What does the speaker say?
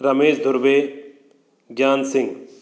Ramesh Dhurve Gyan Singh